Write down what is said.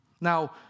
Now